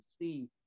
see